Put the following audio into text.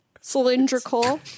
cylindrical